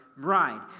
bride